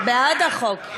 בעד החוק.